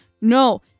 no